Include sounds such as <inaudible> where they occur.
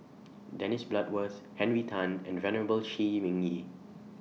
<noise> Dennis Bloodworth Henry Tan and Venerable Shi Ming Yi